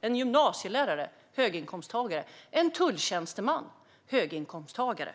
en gymnasielärare och en tulltjänsteman att vara höginkomsttagare.